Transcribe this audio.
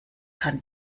kann